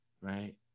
right